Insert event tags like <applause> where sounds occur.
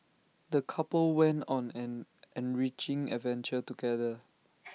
the couple went on an enriching adventure together <noise>